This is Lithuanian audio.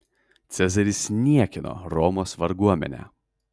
cezaris niekino romos varguomenę